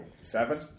Seven